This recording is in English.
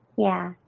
yeah.